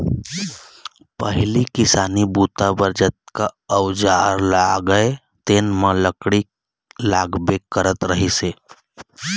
पहिली किसानी बूता बर जतका अउजार लागय तेन म लकड़ी लागबे करत रहिस हे